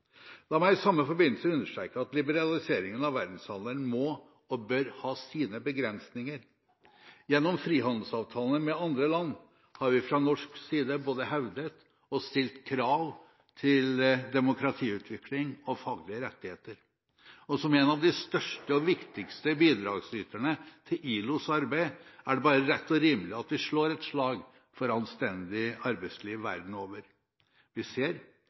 La meg i samme forbindelse understreke at liberaliseringen av verdenshandelen må og bør ha sine begrensninger. Gjennom frihandelsavtaler med andre land har vi fra norsk side både hevdet og stilt krav til demokratiutvikling og faglige rettigheter, og som en av de største og viktigste bidragsyterne til ILOs arbeid er det bare rett og rimelig at vi slår et slag for anstendig arbeidsliv verden over. Vi ser